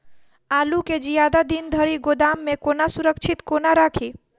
आलु केँ जियादा दिन धरि गोदाम मे कोना सुरक्षित कोना राखि?